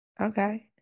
Okay